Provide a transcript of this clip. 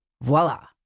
Voila